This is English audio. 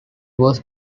was